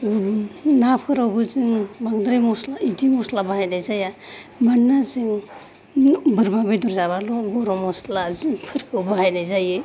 नाफोरावबो जों बांद्राय मस्ला बेदि मस्ला बाहायनाय जाया मानोना जों बोरमा बेदर जाबाल' गरम मस्ला जिं फोरखौ बाहायनाय जायो